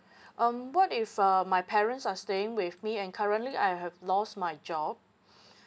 um what if uh my parents are staying with me and currently I have lost my job